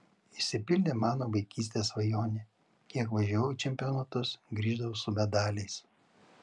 išsipildė mano vaikystės svajonė kiek važiavau į čempionatus grįždavau su medaliais